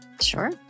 Sure